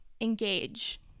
engage